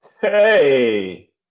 Hey